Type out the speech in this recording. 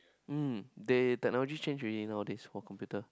um they technology change already nowadays for computer